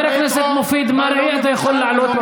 אני אומר לך, למה אנחנו רוצים?